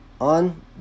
on